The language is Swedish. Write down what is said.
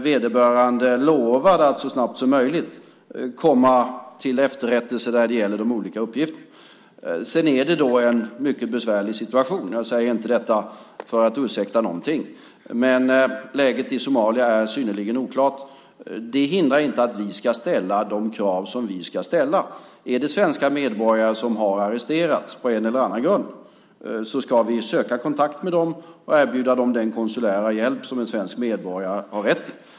Vederbörande lovade att så snabbt som möjligt komma till efterrättelse när det gäller de olika uppgifterna. Det är en mycket besvärlig situation. Det säger jag inte för att ursäkta någonting. Läget i Somalia är synnerligen oklart. Det hindrar inte att vi ska ställa de krav som vi ska ställa. Om svenska medborgare har arresterats på en eller annan grund ska vi söka kontakt med dem och erbjuda dem den konsulära hjälp som svenska medborgare har rätt till.